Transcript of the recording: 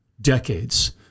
decades